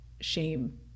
shame